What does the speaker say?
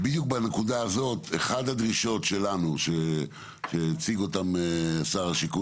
בדיוק בנקודה הזאת אחת הדרישות שלנו שהציג אותה שר השיכון